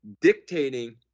dictating